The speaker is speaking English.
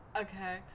Okay